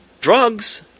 Drugs